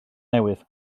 newydd